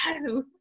no